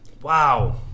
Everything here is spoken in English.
wow